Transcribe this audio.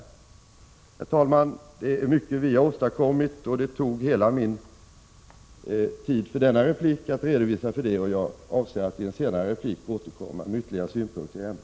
Herr talman! Det är mycket vi har åstadkommit. All den tid som jag hade till mitt förfogande i denna replik gick åt till att redovisa det. Jag avser att i en senare replik återkomma med ytterligare synpunkter i ämnet.